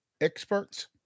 experts